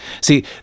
See –